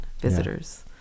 visitors